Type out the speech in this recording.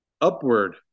Upward